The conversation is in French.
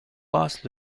passe